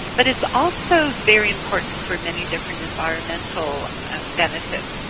but it's also very important for many different environmental benefits.